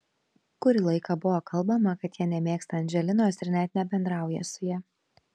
kurį laiką buvo kalbama kad jie nemėgsta andželinos ir net nebendrauja su ja